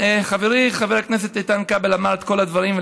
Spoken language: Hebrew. חברי חבר הכנסת איתן כבל אמר את כל הדברים,